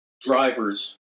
drivers